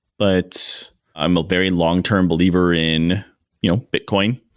but i'm a very long-term believer in you know bitcoin,